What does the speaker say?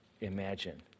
imagine